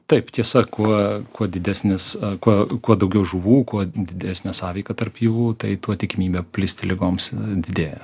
taip tiesa kuo kuo didesnis kuo kuo daugiau žuvų kuo didesnė sąveika tarp jų tai tuo tikimybė plisti ligoms didėja